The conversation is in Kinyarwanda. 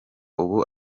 ubu